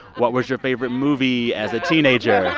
what was your favorite movie as a teenager?